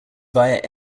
via